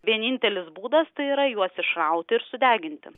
vienintelis būdas tai yra juos išrauti ir sudeginti